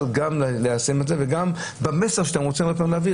גם ליישם את זה וגם למסר שאתם רוצים להעביר.